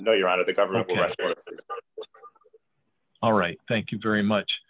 know you're out of the government all right thank you very much